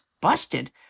busted